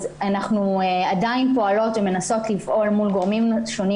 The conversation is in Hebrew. אנחנו עדיין מנסות לפעול מול גורמים שונים